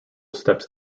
steps